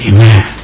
Amen